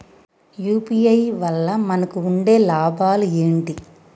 UPI వల్ల మనకు ఉండే లాభాలు ఏంటి?